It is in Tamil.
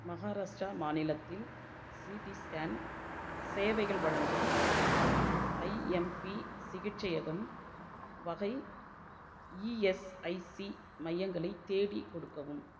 மகாராஷ்டிரா மாநிலத்தில் சிடி ஸ்கேன் சேவைகள் வழங்கும் ஐஎம்பி சிகிச்சையகம் வகை இஎஸ்ஐசி மையங்களை தேடிக் கொடுக்கவும்